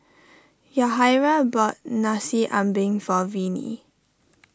Yahaira bought Nasi Ambeng for Viney